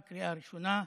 בקריאה ראשונה.